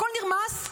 הכול נרמס.